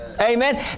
Amen